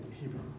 Hebrew